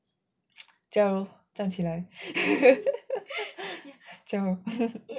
jia rou 站起来 jia rou